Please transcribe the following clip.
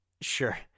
Sure